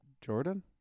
Jordan